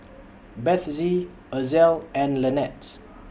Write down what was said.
Bethzy Ozell and Lynette